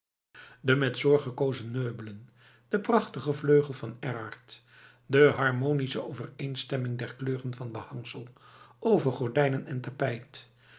de met zorg gekozen meubelen de prachtige vleugel van erard de harmonische overeenstemming der kleuren van behangsel overgordijnen en tapijt